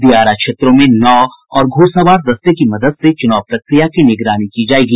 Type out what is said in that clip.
दियारा क्षेत्रों में नाव और घुड़सवार दस्ते की मदद से चुनाव प्रक्रिया की निगरानी की जायेगी